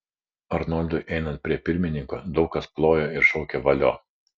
arnoldui einant prie pirmininko daug kas plojo ir šaukė valio